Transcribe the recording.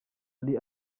ari